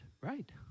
right